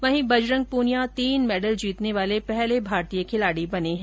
वही बजरंग प्रनिया तीन मेडल जीतने वाले पहले भारतीय खिलार्डी बने है